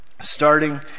Starting